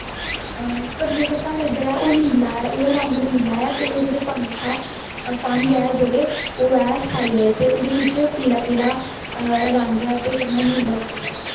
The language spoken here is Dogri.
पर जेहडे़ साढ़े इद्धर ऐ ओह् नीला ऐ ओहदे जेहड़े पंख ऐ फंघ ऐ जेहडे़ ओह् ऐ सैल्ले ते ओहदे बिच पीला पीला रंग ऐ ते कन्नै नीला रंग ऐ